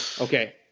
Okay